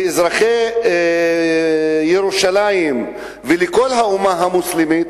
לאזרחי ירושלים ולכל האומה המוסלמית,